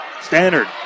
Standard